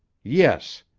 yes.